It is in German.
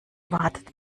wartet